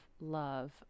love